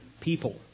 people